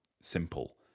simple